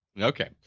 Okay